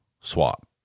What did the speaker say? Swap